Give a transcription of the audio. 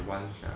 台湾 sia